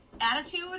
attitude